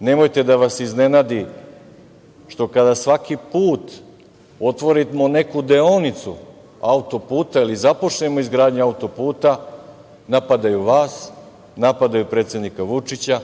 Nemojte da vas iznenadi što kada svaki put otvorimo neku deonicu autoputa ili započnemo izgradnju autoputa napadaju vas, napadaju predsednika Vučića,